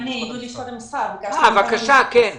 בבקשה, כן.